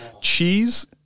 cheese